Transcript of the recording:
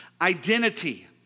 identity